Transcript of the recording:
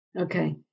Okay